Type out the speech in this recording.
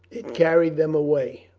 it carried them away.